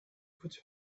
put